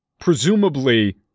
Presumably